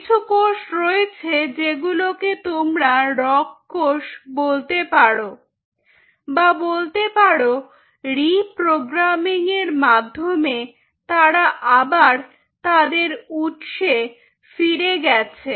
কিছু কোষ রয়েছে যেগুলোকে তোমরা রগ্ কোষ বলতে পারো বা বলতে পারো রি প্রোগ্রামিং এর মাধ্যমে তারা আবার তাদের উৎসে ফিরে গেছে